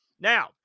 Now